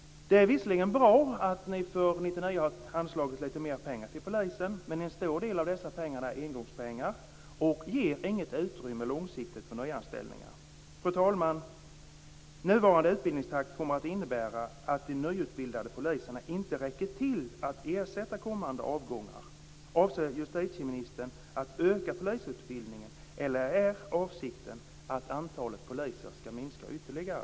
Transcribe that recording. Det är visserligen bra att ni för 1999 har anslagit lite mer pengar till polisen. Men en stor del av dessa pengar är engångspengar och ger inget utrymme långsiktigt för nyanställningar. Fru talman! Nuvarande utbildningstakt kommer att innebära att de nyutbildade poliserna inte räcker till för att ersätta kommande avgångar. Avser justitieministern att öka polisutbildningen eller är avsikten att antalet poliser skall minska ytterligare?